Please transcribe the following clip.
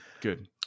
good